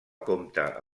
compta